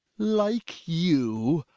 like you